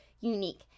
unique